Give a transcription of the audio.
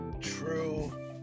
true